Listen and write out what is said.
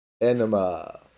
Enema